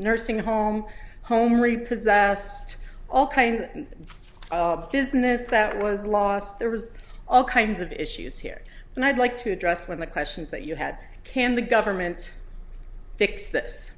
nursing home home repossessed all kind of business that was lost there was all kinds of issues here and i'd like to address with the questions that you had can the government fix this